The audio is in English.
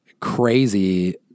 crazy